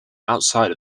outside